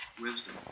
wisdom